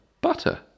butter